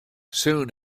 soon